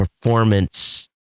performance